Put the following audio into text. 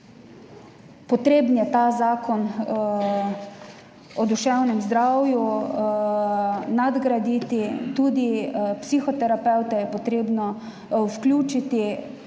Potrebno je Zakon o duševnem zdravju nadgraditi, tudi psihoterapevte je potrebno vključiti.